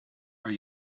are